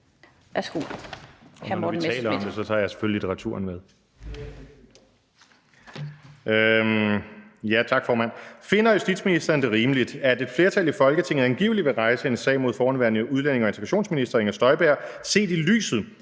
Finder ministeren det rimeligt, at et flertal i Folketinget angiveligt vil rejse en sag mod forhenværende udlændinge- og integrationsminister Inger Støjberg set i lyset